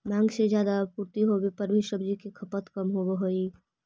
माँग से ज्यादा आपूर्ति होवे पर भी सब्जि के खपत कम होवऽ हइ